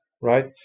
right